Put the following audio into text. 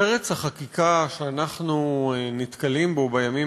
פרץ החקיקה שאנחנו נתקלים בו בימים